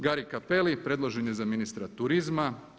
Gari Cappelli predložen je za ministra turizma.